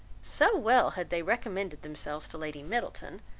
so well had they recommended themselves to lady middleton,